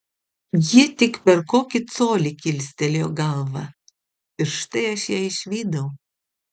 ji tik per kokį colį kilstelėjo galvą ir štai aš ją išvydau